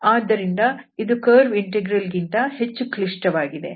ಆದ್ದರಿಂದ ಇದು curve integral ಗಿಂತ ಹೆಚ್ಚು ಕ್ಲಿಷ್ಟವಾಗಿದೆ